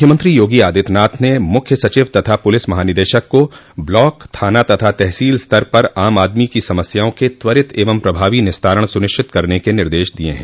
मुख्यमंत्री योगी आदित्यनाथ ने मुख्य सचिव तथा पुलिस महानिदेशक को ब्लॉक थाना तथा तहसील स्तर पर आम आदमी की समस्याओं के त्वरित एवं प्रभावी निस्तारण सुनिश्चित करने के निर्देश दिये हैं